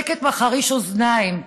שקט מחריש אוזניים,